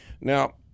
Now